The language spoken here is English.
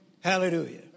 Hallelujah